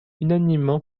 unanimement